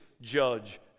judge